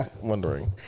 wondering